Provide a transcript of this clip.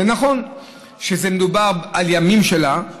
זה נכון שמדובר על ימים שלה,